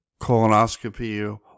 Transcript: colonoscopy